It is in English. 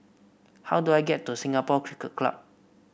how do I get to Singapore Cricket Club